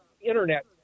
Internet